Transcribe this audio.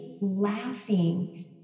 laughing